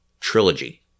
trilogy